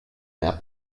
mehr